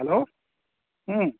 hello ꯎꯝ